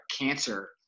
cancer